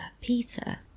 Peter